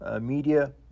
media